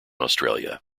australia